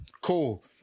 Cool